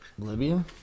Libya